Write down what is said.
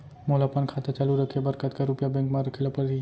मोला अपन खाता चालू रखे बर कतका रुपिया बैंक म रखे ला परही?